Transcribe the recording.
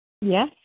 Yes